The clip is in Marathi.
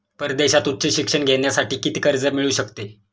परदेशात उच्च शिक्षण घेण्यासाठी किती कर्ज मिळू शकते?